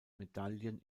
medaillen